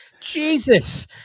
Jesus